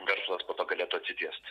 verslas po to galėtų atsitiesti